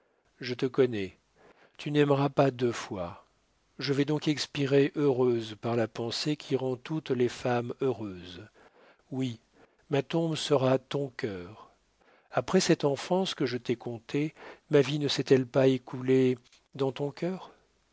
je te connais tu n'aimeras pas deux fois je vais donc expirer heureuse par la pensée qui rend toutes les femmes heureuses oui ma tombe sera ton cœur après cette enfance que je t'ai contée ma vie ne s'est-elle pas écoulée dans ton cœur